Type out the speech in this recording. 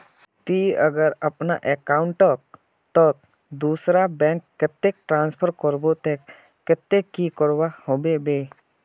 ती अगर अपना अकाउंट तोत दूसरा बैंक कतेक ट्रांसफर करबो ते कतेक की करवा होबे बे?